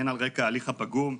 הן על רקע ההליך הפגום,